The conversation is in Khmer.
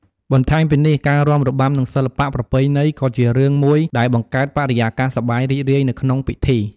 បន្ថែមពីនេះ ការរាំរបាំ និងសិល្បៈប្រពៃណីក៏ជារឿងមួយដែលបង្កើតបរិយាកាសសប្បាយរីករាយនៅក្នុងពិធី។